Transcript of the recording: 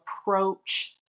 approach